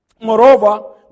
moreover